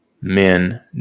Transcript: men